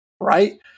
right